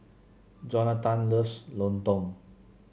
Jonatan loves lontong